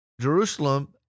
Jerusalem